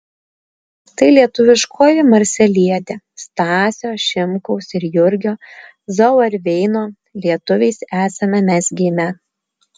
tai lietuviškoji marselietė stasio šimkaus ir jurgio zauerveino lietuviais esame mes gimę